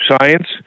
science